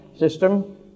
system